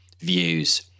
views